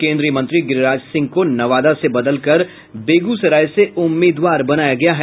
केन्द्रीय मंत्री गिरिराज सिंह को नवादा से बदलकर बेगूसराय से उम्मीदवार बनाया गया है